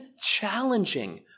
challenging